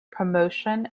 promotion